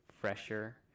fresher